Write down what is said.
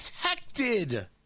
protected